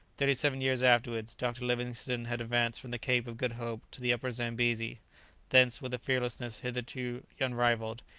thirty-seven years afterwards, dr. livingstone had advanced from the cape of good hope to the upper zambesi thence, with a fearlessness hitherto unrivalled,